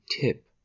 tip